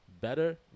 better